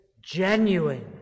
Genuine